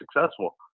successful